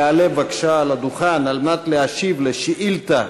יעלה בבקשה על הדוכן כדי להשיב על שאילתה